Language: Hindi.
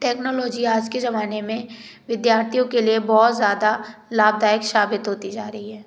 टेक्नोलॉजी आज के जमाने में विद्यार्थियो के लिए बहुत ज़्यादा लाभदायक साबित होती जा रही है